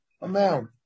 amount